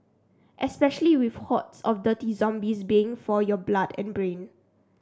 especially with hordes of dirty zombies baying for your blood and brain